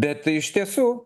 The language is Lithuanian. bet iš tiesų